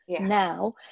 now